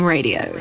Radio